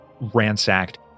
ransacked